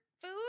food